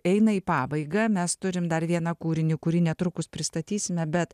eina į pabaigą mes turim dar vieną kūrinį kurį netrukus pristatysime bet